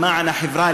למען החברה,